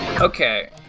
Okay